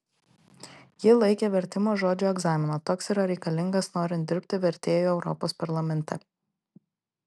ji laikė vertimo žodžiu egzaminą toks yra reikalingas norint dirbti vertėju europos parlamente